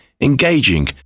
engaging